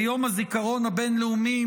ביום הזיכרון הבין-לאומי,